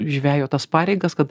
žvejo tas pareigas kad